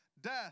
death